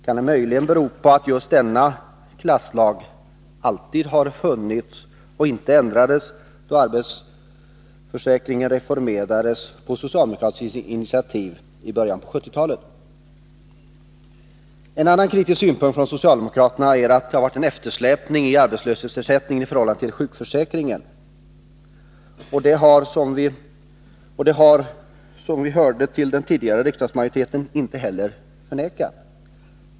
Kan det möjligen bero på att just denna ”klasslag” alltid har funnits och inte ändrades då arbetslöshetsförsäkringen utformades på socialdemokratiskt initiativ i början av 1970-talet? En annan kritisk synpunkt från socialdemokraterna är att det har varit en eftersläpning i arbetslöshetsersättningen i förhållande till sjukförsäkringen, och det har vi som hörde till den tidigare riksdagsmajoriteten inte heller förnekat.